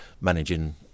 managing